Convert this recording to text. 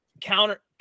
Counter